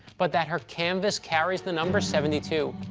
but that her canvas carries the number seventy two.